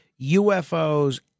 UFOs